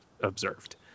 observed